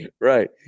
Right